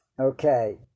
Okay